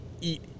eat